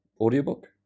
Audiobook